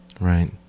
Right